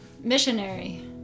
missionary